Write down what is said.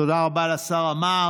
תודה רבה לשר עמאר.